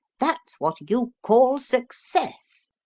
that's what you call success.